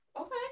okay